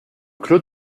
clos